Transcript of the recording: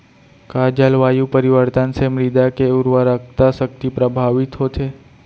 का जलवायु परिवर्तन से मृदा के उर्वरकता शक्ति प्रभावित होथे?